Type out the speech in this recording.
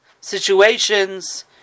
situations